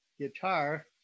guitar